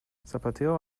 zapatero